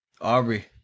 Aubrey